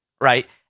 right